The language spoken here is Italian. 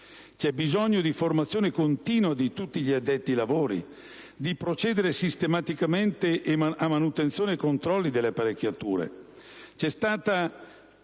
C'è bisogno di formazione continua di tutti gli addetti ai lavori, di procedere sistematicamente a manutenzione e controlli delle apparecchiature.